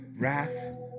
wrath